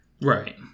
Right